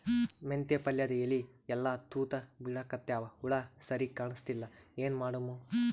ಮೆಂತೆ ಪಲ್ಯಾದ ಎಲಿ ಎಲ್ಲಾ ತೂತ ಬಿಳಿಕತ್ತಾವ, ಹುಳ ಸರಿಗ ಕಾಣಸ್ತಿಲ್ಲ, ಏನ ಮಾಡಮು?